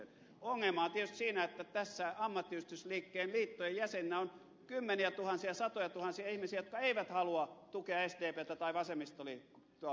ongelma on tietysti siinä että ammattiyhdistysliikkeen liittojen jäseninä on kymmeniätuhansia satojatuhansia ihmisiä jotka eivät halua tukea sdptä tai vasemmistoliittoa